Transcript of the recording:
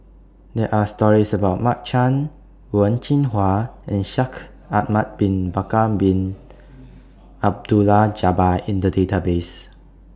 There Are stories about Mark Chan Wen Jinhua and Shaikh Ahmad Bin Bakar Bin Abdullah Jabbar in The Database